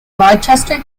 rochester